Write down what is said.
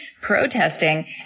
protesting